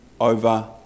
over